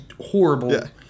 horrible